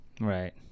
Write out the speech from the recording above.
right